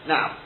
Now